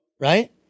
Right